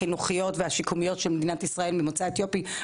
החינוכיות והשיקומיות של מדינת ישראל ממוצא אתיופי,